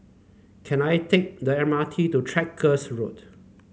can I take the M R T to Tractor Road